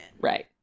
right